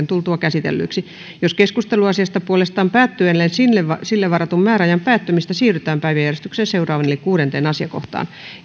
tultua käsitellyiksi jos keskustelu asiasta puolestaan päättyy ennen sille varatun määräajan päättymistä siirrytään päiväjärjestyksen seuraavaan eli kuudenteen asiakohtaan